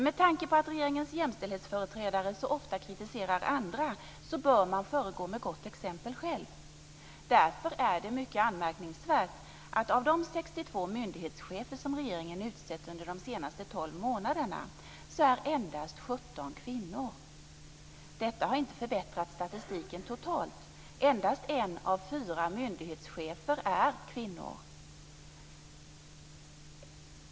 Med tanke på att regeringens jämställdhetsföreträdare så ofta kritiserar andra bör man föregå med gott exempel själv. Därför är det mycket anmärkningsvärt att av de 62 myndighetschefer som regeringen utsett under de senaste tolv månaderna är endast 17 kvinnor. Detta har inte förbättrat statistiken totalt: Endast en av fyra myndighetschefer är kvinna.